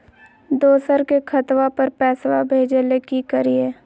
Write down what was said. दोसर के खतवा पर पैसवा भेजे ले कि करिए?